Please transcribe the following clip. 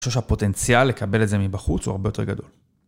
אני חושב שהפוטנציאל לקבל את זה מבחוץ הוא הרבה יותר גדול.